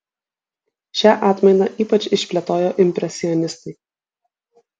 šią atmainą ypač išplėtojo impresionistai